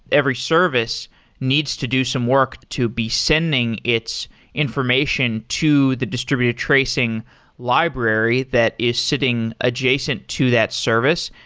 every service needs to do some work to be sending its information to the distributed tracing library that is sitting adjacent to that service.